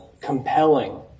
compelling